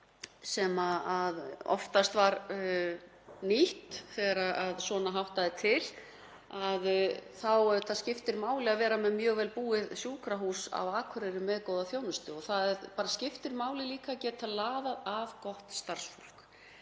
sem oftast var nýtt þegar svona háttaði til. Þá skiptir máli að vera með mjög vel búið sjúkrahús á Akureyri með góða þjónustu. Það skiptir máli líka að geta laðað að gott starfsfólk,